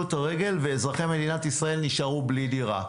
את הרגל ואזרחי מדינת ישראל נשארו בלי דירה.